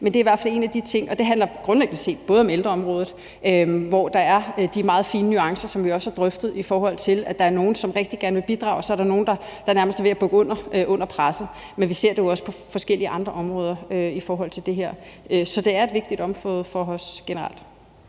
men det er i hvert fald en af de ting. Det handler grundlæggende set både om ældreområdet, hvor der er de meget fine nuancer, som vi også har drøftet, i forhold til at der er nogle, som rigtig gerne vil bidrage, og at så er der nogle, der nærmest er ved at bukke under under presset, men vi ser det jo også på forskellige andre områder i forhold til det her. Så det er et vigtigt område for os generelt.